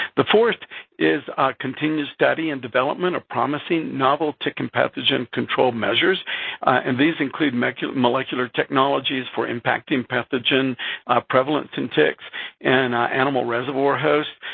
the fourth is continued study and development of promising novel tick and pathogen control measures and these include molecular technologies for impacting pathogen prevalence in ticks and animal reservoir hosts-so,